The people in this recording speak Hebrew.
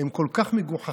הם כל כך מגוחכים,